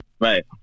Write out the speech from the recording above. Right